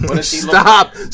Stop